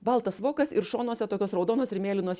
baltas vokas ir šonuose tokios raudonos ir mėlynos